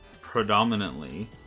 predominantly